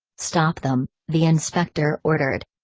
stop them, the inspector ordered.